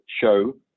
show